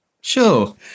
sure